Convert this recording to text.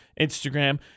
Instagram